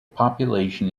population